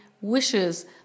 wishes